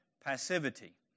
passivity